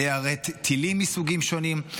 ליירט טילים מסוגים שונים.